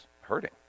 hurting